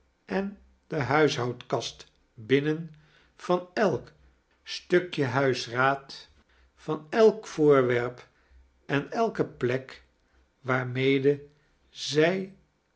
en de huishoudkast binnem van elk stukje huisraad van elk voorwerp en elke plek waaatnede zij